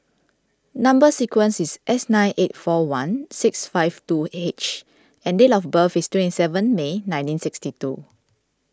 Number Sequence is S nine eight four one six five two H and date of birth is twenty seven May nineteen sixty two